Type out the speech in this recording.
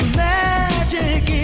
magic